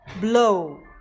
blow